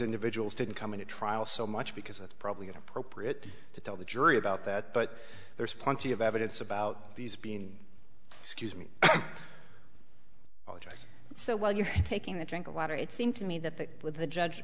individuals didn't come into trial so much because it's probably inappropriate to tell the jury about that but there's plenty of evidence about these being accused me all right so while you're taking a drink of water it seemed to me that with the judge